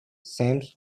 seems